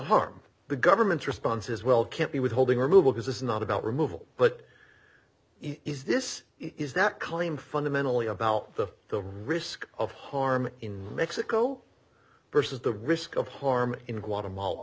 harm the government's response is well can't be withholding removal because it's not about removal but is this is that claim fundamentally about the the risk of harm in mexico versus the risk of harm in guatemala